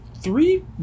three